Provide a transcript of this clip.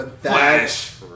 Flash